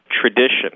Tradition